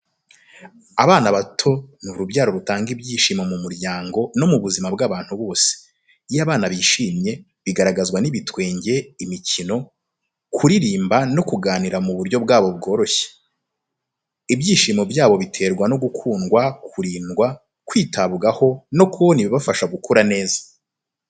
Abana bato ni urubyaro rutanga ibyishimo mu muryango no mu buzima bw’abantu bose. Iyo abana bishimye, bigaragazwa n’ibitwenge, imikino, kuririmba no kuganira mu buryo bwabo bworoshye. Ibyishimo byabo biterwa no gukundwa, kurindwa, kwitabwaho no kubona ibibafasha gukura neza.